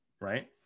right